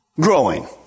growing